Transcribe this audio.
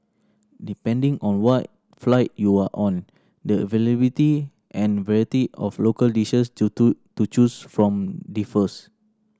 depending on what flight you are on the availability and variety of local dishes to choose from differs